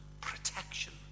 protection